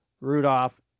Rudolph